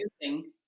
using